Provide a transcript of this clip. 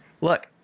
Look